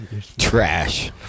Trash